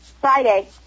Friday